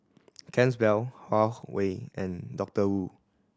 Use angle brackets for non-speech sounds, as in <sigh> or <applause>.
<unintelligible> Huawei and Doctor Wu